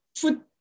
put